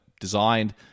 designed